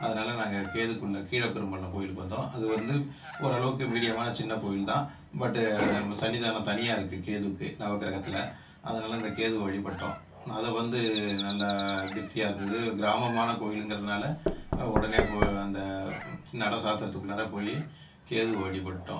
அதனால் நாங்கள் கேதுவுக்குள்ள கீழப்பெரும்பள்ளம் கோவிலுக்கு வந்தோம் அது வந்து ஓரு அளவுக்கு மீடியமான சின்னக் கோவில்தான் பட் சந்நிதானம் தனியாக இருக்குது கேதுவுக்கு நவக்கிரகத்தில் அதனால் இந்த கேதுவை வழிபட்டோம் அது வந்து நல்லா திருப்தியாக இருந்தது கிராமமான கோயிலுங்கிறதுனால உடனே போய் அந்த நடை சாத்துறதுக்குள்ளார போய் கேதுவை வழிபட்டோம்